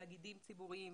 תאגידים ציבוריים